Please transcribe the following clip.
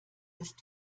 ist